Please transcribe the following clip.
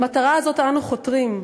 למטרה הזאת אנו חותרים.